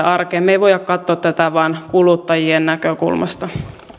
me emme voi katsoa tätä vain kuluttajien näkökulmasta